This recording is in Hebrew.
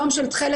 יום של תכלת,